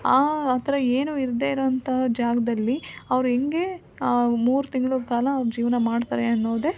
ಆ ಥರ ಏನು ಇಲ್ಲದೆ ಇರೋವಂತಹ ಜಾಗದಲ್ಲಿ ಅವ್ರು ಹೆಂಗೆ ಮೂರು ತಿಂಗ್ಳ ಕಾಲ ಅವ್ರು ಜೀವನ ಮಾಡ್ತಾರೆ ಎನ್ನುವುದೇ